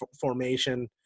formation –